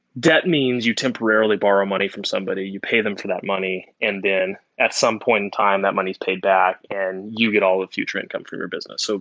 debt means you temporarily borrow money from somebody. you pay them to that money and then at some point time that money is paid back and you get all the future income for your business. so